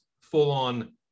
full-on